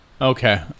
okay